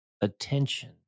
attention